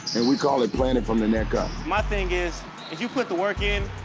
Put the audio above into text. and we call it planning from the neck up. my thing is, if you put the work in,